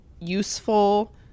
useful